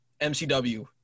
MCW